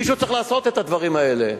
מישהו צריך לעשות את הדברים האלה.